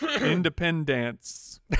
independence